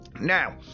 Now